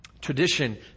tradition